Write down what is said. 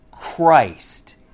Christ